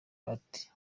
ati